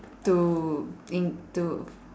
to in to